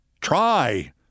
try